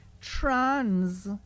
trans